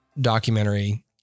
documentary